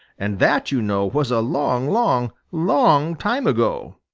and that, you know, was a long, long, long time ago.